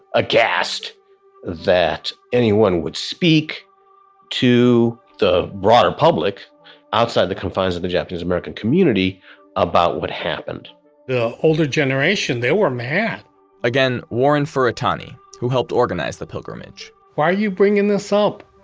aghast that anyone would speak to the broader public outside the confines of the japanese american community about what happened the older generation, they were mad again, warren furutani, who helped organize the pilgrimage why are you bringing this up?